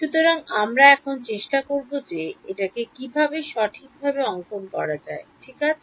সুতরাং আমরা এখন চেষ্টা করব যে এটাকে কিভাবে সঠিকভাবে অঙ্কন করা যায় ঠিক আছে